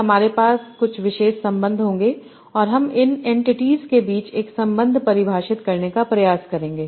हम इन एन्टिटीज़ के बीच एक संबंध परिभाषित करने का प्रयास करेंगे